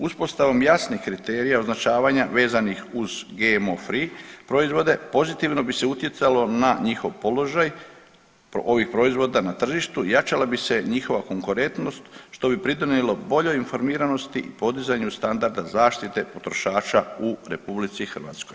Uspostavom jasnih kriterija označavanja vezanih uz GMO free proizvode pozitivno bi se utjecalo na njihov položaj, ovih proizvoda na tržištu i jačala bi se njihova konkurentnost što bi pridonijelo boljoj informiranosti i podizanju standarda zaštite potrošača u RH.